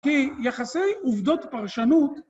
כי יחסי עובדות פרשנות